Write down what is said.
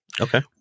Okay